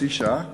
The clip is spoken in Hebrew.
חצי שעה, בבקשה.